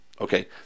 Okay